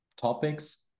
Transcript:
topics